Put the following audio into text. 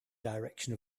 direction